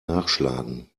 nachschlagen